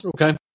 okay